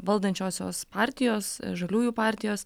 valdančiosios partijos žaliųjų partijos